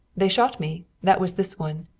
they shot me. that was this one.